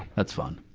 that's fun.